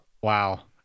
Wow